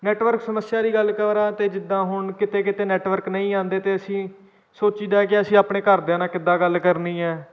network ਸਮੱਸਿਆ ਦੀ ਗੱਲ ਕਰਾਂ ਤਾਂ ਜਿੱਦਾਂ ਹੁਣ ਕਿਤੇ ਕਿਤੇ ਨੈੱਟਵਰਕ ਨਹੀਂ ਆਉਂਦੇ ਤਾਂ ਅਸੀਂ ਸੋਚੀਦਾ ਕਿ ਅਸੀਂ ਆਪਣੇ ਘਰਦਿਆਂ ਨਾਲ ਕਿੱਦਾਂ ਗੱਲ ਕਰਨੀ ਹੈ